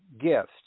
gift